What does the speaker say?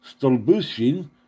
Stolbushin